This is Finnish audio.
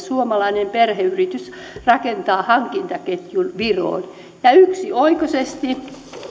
suomalainen perheyritys rakentaa hankintaketjun viroon ja yksioikoisesti